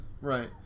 Right